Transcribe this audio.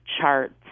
charts